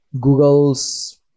Google's